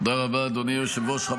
תודה רבה, אדוני היושב-ראש.